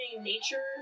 nature